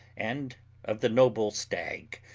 and of the noble stag,